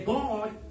God